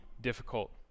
difficult